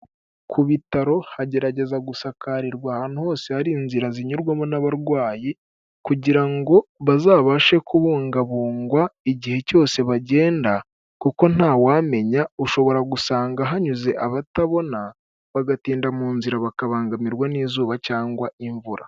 Ku bitaro hagerageza gusakarirwa ahantu hose hari inzira zinyurwamo n'abarwayi kugira ngo bazabashe kubungabungwa igihe cyose bagenda kuko ntawamenya, ushobora gusanga hanyuze abatabona bagatinda mu nzira bakabangamirwa n'izuba cyangwa imvura.